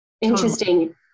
Interesting